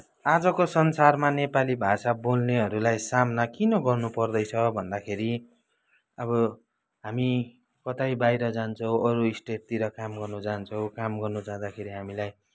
आजको संसारमा नेपाली भाषा बोल्नेहरूलाई सामना किन गर्नुपर्दैछ भन्दाखेरि अब हामी कतै बाहिर जान्छौँ अरू स्टेटतिर काम गर्नु जान्छौँ काम गर्नु जाँदाखेरि हामीलाई